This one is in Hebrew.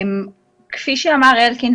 כפי שאמר השר אלקין,